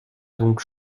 donc